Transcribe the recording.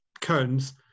cones